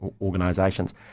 organisations